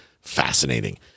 fascinating